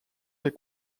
les